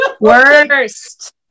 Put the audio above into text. worst